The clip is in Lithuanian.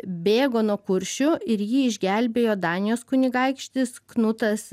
bėgo nuo kuršių ir jį išgelbėjo danijos kunigaikštis knutas